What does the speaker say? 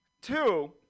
Two